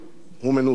הוא מנוסה.